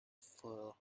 for